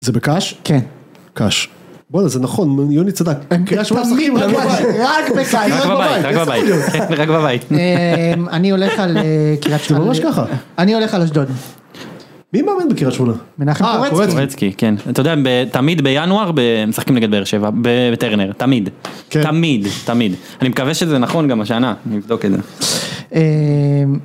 זה בקאש? כן. קאש. בוא'נה, זה נכון, יוני צדק. רק בקאש, רק בקאש. רק בבית, רק בבית. אני הולך על קרית שמונה. זה ממש ככה. אני הולך על אשדוד. מי מאמן בקרית שמונה? מנחם פורצקי. פורצקי, כן. אתה יודע, תמיד בינואר משחקים נגד באר שבע. בטרנר, תמיד. תמיד, תמיד. אני מקווה שזה נכון גם השנה. נבדוק את זה.